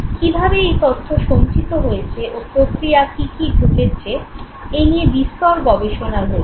কীভাবে এই তথ্য সঞ্চিত হয়েছে ও প্রক্রিয়া কী কী ঘটেছে এই নিয়ে বিস্তর গবেষণা হয়েছে